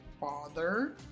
father